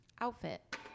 outfit